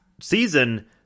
season